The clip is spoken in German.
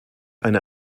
eine